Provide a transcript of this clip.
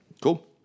Cool